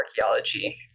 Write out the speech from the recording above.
archaeology